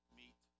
meet